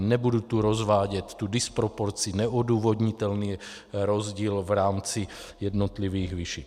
Nebudu tu rozvádět tu disproporci, neodůvodnitelný rozdíl v rámci jednotlivých výší.